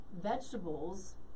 vegetables